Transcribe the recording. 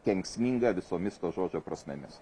kenksminga visomis to žodžio prasmėmis